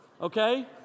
okay